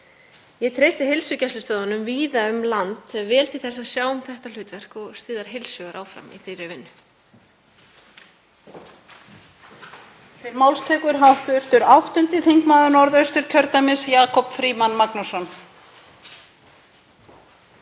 Ég treysti heilsugæslustöðvunum víða um land vel til að sjá um þetta hlutverk og styð þær heils hugar áfram í þeirri vinnu.